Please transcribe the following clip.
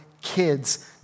kids